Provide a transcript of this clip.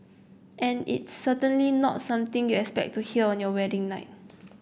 and it's certainly not something you has expect to hear on your wedding night